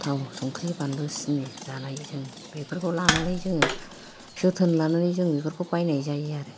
थाव संख्रि बानलु सिनि जानाय जों बेफोरखौ लानानै जोङो जोथोन लानानै जों बेफोरखौ बायनाय जायो आरो